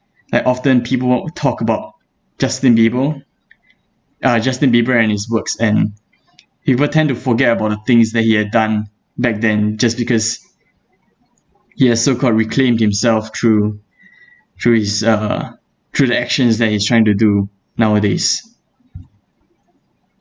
at often people w~ talk about justin bieber uh justin bieber and his works and people tend to forget about the things that he had done back then just because he has so-called reclaimed himself through through his uh through the actions that he's trying to do nowadays